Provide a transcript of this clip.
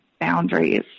Boundaries